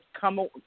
come